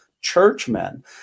churchmen